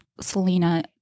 Selena